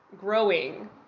growing